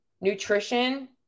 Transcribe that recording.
Nutrition